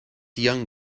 young